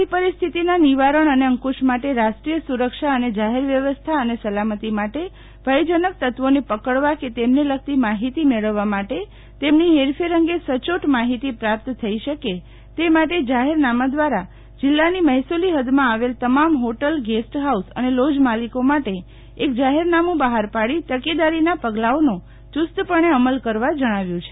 આવી પરિસ્થિતિના નિવારણ અને અંકુશ માટે રાષ્ટ્રીય સુરક્ષા અને જાહેર વ્યવસ્થા અને સલામતી માટે ભયજનક તત્વોને પકડવા કે તેમને લગતી માહિતી મેળવવા માટે તેમની હેરફેર અંગે સયોટ માહિતી પ્રાપ્ત થઇ શકે તે માટે એક જાહેરનામા દ્વારા જિલ્લાની મહેસુલી હૃદમાં આવેલ તમામ હોટલગેસ્ટફાઉસ અને લોજ માલિકો માટે એક જાહેરનોમું બહાર પાડી તકેદારીનાં પગલાંઓની ચૂસ્તપણે અમલ કરવા જણાવ્યું છે